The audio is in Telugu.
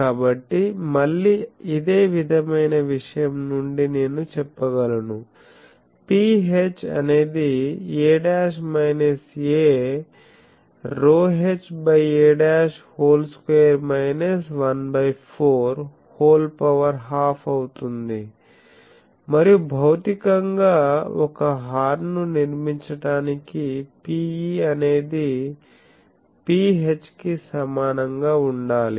కాబట్టి మళ్ళీ ఇదే విధమైన విషయం నుండి నేను చెప్పగలను Ph అనేది a minus a ρh by a whole square minus ¼ whole power half అవుతుంది మరియు భౌతికంగా ఒక హార్న్ ను నిర్మించటానికి Pe అనేది Ph కి సమానంగా ఉండాలి